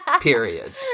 period